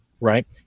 right